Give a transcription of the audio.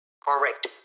Correct